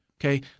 Okay